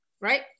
right